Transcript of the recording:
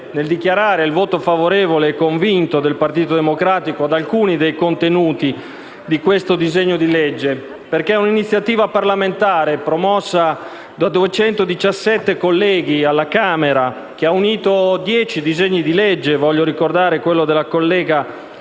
nel dichiarare il voto favorevole e convinto del Partito Democratico, vorrei tornare su alcuni dei contenuti di questo disegno di legge, perché è un'iniziativa parlamentare promossa da 217 colleghi alla Camera, che ha unito dieci disegni di legge, e voglio ricordare quello della collega